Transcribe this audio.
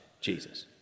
Jesus